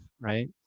right